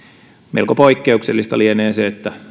melko poikkeuksellista lienee se että